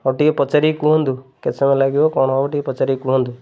ହଉ ଟିକେ ପଚାରିକି କୁହନ୍ତୁ କେତେ ସମୟ ଲାଗିବ କଣ ହେବ ଟିକେ ପଚାରିକି କୁହନ୍ତୁ